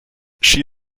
she